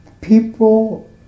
People